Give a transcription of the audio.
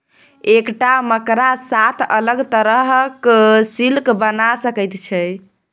एकटा मकड़ा सात अलग तरहक सिल्क बना सकैत छै